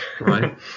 right